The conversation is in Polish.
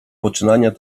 poczynania